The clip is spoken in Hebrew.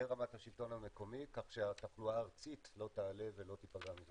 לרמת השלטון המקומי כך שהתחלואה הארצית לא תעלה ולא תיפגע מזה.